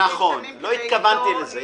נכון, לא התכוונתי לזה.